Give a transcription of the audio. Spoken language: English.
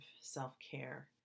self-care